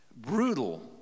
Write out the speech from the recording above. brutal